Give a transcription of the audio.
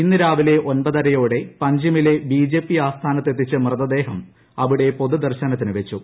ഇന്ന് രാവിലെ ഒൻപതരയോടെ പഞ്ചിമിലെ ബിജെപി ആസ്ഥാനത്ത് എത്തിച്ച മൃതദേഹം അവിടെ പൊതുദർശനത്തിന് വച്ചു